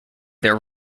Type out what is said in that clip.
their